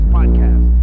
Podcast